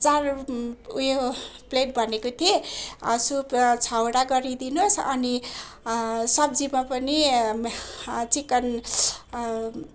चार उयो प्लेट भनेको थिएँ सुप छवटा गरिदिनुहोस् अनि सब्जीमा पनि चिकन